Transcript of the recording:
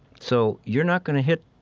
so you're not going to hit,